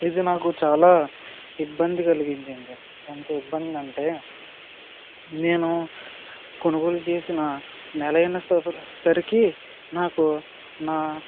ఇది నాకు చాలా ఇబ్బంది కలిగించింది ఎంత ఇబ్బందంటే నేను కొనుగోలు చేసిన నెలయిన సుప సరికి నాకు నా